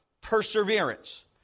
perseverance